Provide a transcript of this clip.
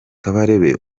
kabarebe